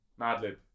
Madlib